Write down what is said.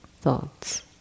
thoughts